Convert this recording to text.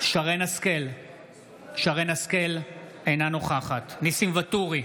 שרן מרים השכל, אינה נוכחת ניסים ואטורי,